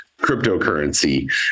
cryptocurrency